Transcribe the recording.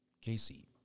Casey